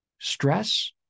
Stress